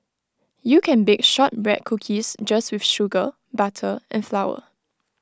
you can bake Shortbread Cookies just with sugar butter and flour